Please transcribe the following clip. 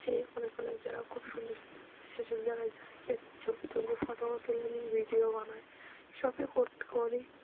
সে অনেক অনেক জায়গা খুব সুন্দর সুন্দর জিনিস সেসব জায়গায় যাই গিয়ে ছবি তুলি ফটোও তুলে নিই ভিডিও বানাই এ সবই করতে করি